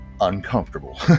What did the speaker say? uncomfortable